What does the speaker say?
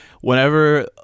whenever